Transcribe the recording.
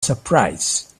surprise